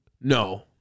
No